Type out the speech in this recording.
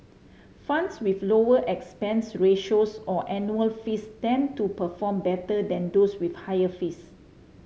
funds with lower expense ratios or annual fees tend to perform better than those with higher fees